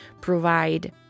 provide